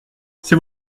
c’est